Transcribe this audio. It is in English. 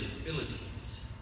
abilities